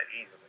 easily